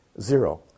zero